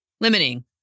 limiting